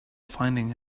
finding